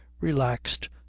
relaxed